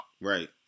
Right